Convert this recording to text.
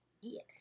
Yes